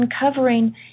uncovering